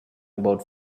about